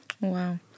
Wow